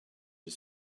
his